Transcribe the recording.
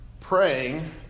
Praying